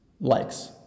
likes